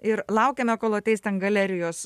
ir laukiame kol ateis ten galerijos